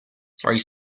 three